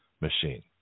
machine